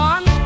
One